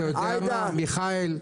אתה יודע מה, מיכאל?